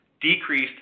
decreased